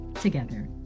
together